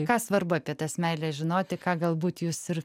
ką svarbu apie tas meiles žinoti ką galbūt jūs ir